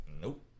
Nope